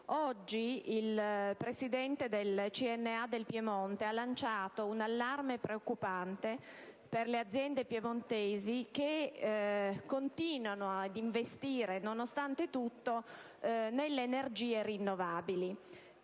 e della piccola e media impresa) ha lanciato un allarme preoccupante per le aziende piemontesi, che continuano ad investire, nonostante tutto, nelle energie rinnovabili.